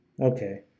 Okay